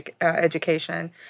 education